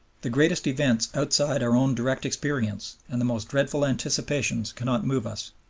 the greatest events outside our own direct experience and the most dreadful anticipations cannot move us.